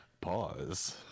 Pause